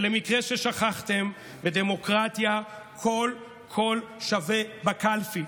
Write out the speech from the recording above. למקרה ששכחתם, בדמוקרטיה כל קול שווה בקלפי.